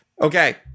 Okay